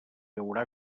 haurà